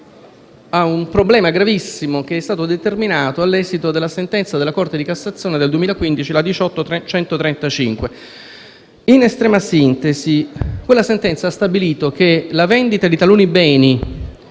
a un problema gravissimo che è stato determinato all'esito della sentenza della Corte di cassazione n. 18135 del 2015. In estrema sintesi, la sentenza ha stabilito che la vendita di taluni beni